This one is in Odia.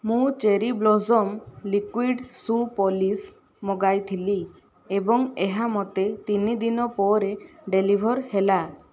ମୁଁ Cherry Blossom liquid shoe polish ମଗାଇଥିଲି ଏବଂ ଏହା ମୋତେ ତିନିଦିନ ପରେ ଡେଲିଭର୍ ହେଲା